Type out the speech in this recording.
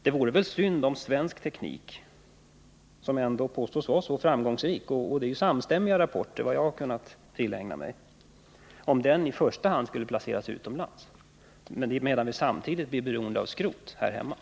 Det vore synd om svensk teknik, som enligt de samstämmiga rapporter som jag har kunnat tillägna mig påstås vara så framgångsrik, i första hand skulle komma till användning utomlands, medan vi här hemma samtidigt blir beroende av tillgången på skrot.